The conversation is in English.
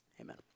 Amen